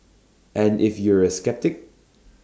and if you're A sceptic